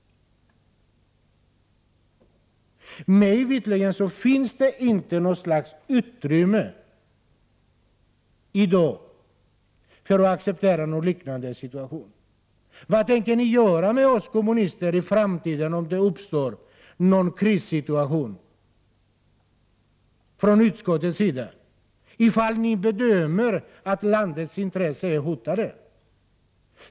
Mig veterligt finns det i dag inte något som helst utrymme för att acceptera en liknande situation. Vad tänker ni från utskottets sida göra med oss kommunister om det i framtiden uppstår någon krissituation, ifall ni bedömer att landets intressen är hotade?